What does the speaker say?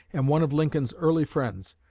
and one of lincoln's early friends,